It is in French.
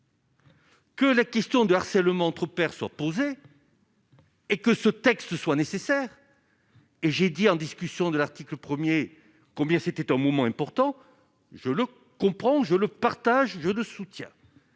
Que la question de harcèlement entre pairs soit posée et que ce texte soit nécessaire et j'ai dit en discussion de l'article 1er combien c'était un moment important, je le comprends, je le partage, je de soutien